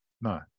No